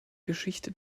geschichte